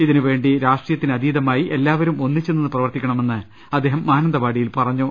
ഇതിനുവേണ്ടി രാഷ്ട്രീയ ത്തിനതീതമായി എല്ലാവരും ഒന്നിച്ചുനിന്ന് പ്രവർത്തിക്കണമെന്ന് അദ്ദേഹം മാനന്തവാടിയിൽ പറഞ്ഞു